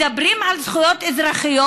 מדברים על זכויות אזרחיות,